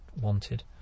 wanted